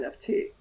NFT